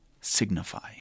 signify